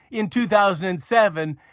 in two thousand and seven,